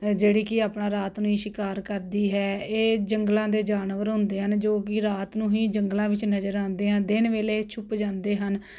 ਜਿਹੜੀ ਕਿ ਆਪਣਾ ਰਾਤ ਨੂੰ ਹੀ ਸ਼ਿਕਾਰ ਕਰਦੀ ਹੈ ਇਹ ਜੰਗਲਾਂ ਦੇ ਜਾਨਵਰ ਹੁੰਦੇ ਹਨ ਜੋ ਕਿ ਰਾਤ ਨੂੰ ਹੀ ਜੰਗਲਾਂ ਵਿੱਚ ਨਜ਼ਰ ਆਉਂਦੇ ਆ ਦਿਨ ਵੇਲੇ ਛੁਪ ਜਾਂਦੇ ਹਨ